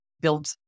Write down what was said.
build